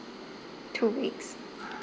two weeks